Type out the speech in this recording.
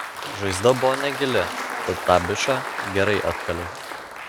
žaizda buvo negili tad tą bičą gerai atkaliau